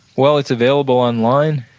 well, it's available online,